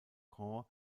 grand